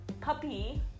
puppy